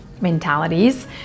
mentalities